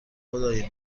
خدای